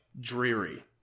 dreary